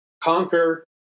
conquer